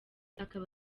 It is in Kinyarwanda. akaba